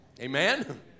Amen